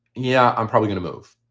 yeah, i'm probably gonna move.